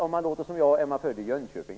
Om man låter som jag är man född i Jönköping.